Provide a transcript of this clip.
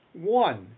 One